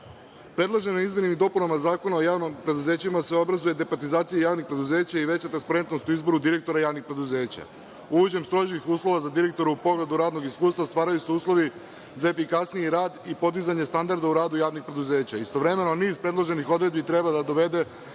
izmenama i dopunama Zakonima o javnim preduzećima se obrazuje departizacija javnih preduzeća i veća transparentnost u izboru direktora javnih preduzeća. Uvođenjem strožijih uslova za direktore u pogledu radnog iskustva stvaraju se uslovi za efikasniji rad i podizanje standarda u radu javnih preduzeća. Istovremeno, niz predloženih odredbi treba da dovede